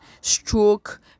stroke